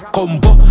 Combo